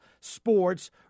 Sports